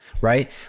right